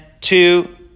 two